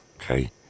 okay